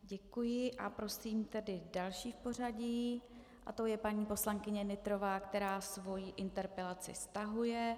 Děkuji a prosím tedy další v pořadí a tou je paní poslankyně Nytrová, která svou interpelaci stahuje.